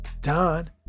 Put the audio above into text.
Don